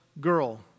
girl